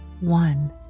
One